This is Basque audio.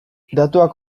datuak